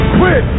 quit